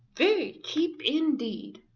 very cheap indeed.